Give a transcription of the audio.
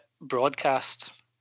broadcast